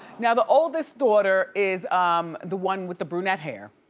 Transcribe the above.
now the oldest daughter is um the one with the brunette hair.